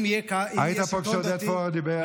היית פה כשעודד פורר דיבר?